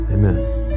Amen